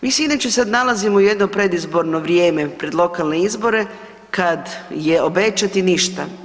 Mi se inače sad nalazimo u jedno predizborno vrijeme pred lokalne izbore kad je obećati ništa.